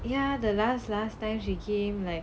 ya the last last time she came like